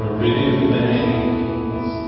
remains